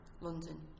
London